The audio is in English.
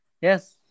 yes